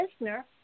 listener